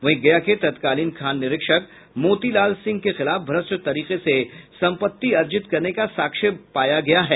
वहीं गया के तत्कालीन खान निरीक्षक मोतीलाल सिंह के खिलाफ भ्रष्ट तरीके से संपत्ति अर्जित करने का साक्ष्य पाया गया है